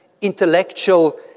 intellectual